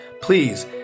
Please